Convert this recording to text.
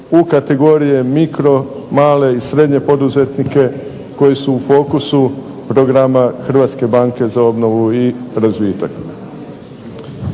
u kategorije mikro, male i srednje poduzetnike koji su u fokusu programa Hrvatske banke za obnovu i razvitak.